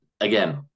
again